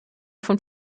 von